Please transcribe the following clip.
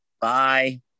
Bye